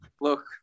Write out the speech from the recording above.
look